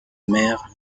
mère